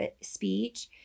speech